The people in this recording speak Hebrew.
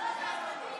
העיקר, לא משלמים לך?